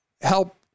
help